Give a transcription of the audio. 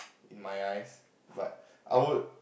in my eyes but I would